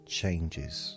changes